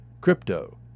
Crypto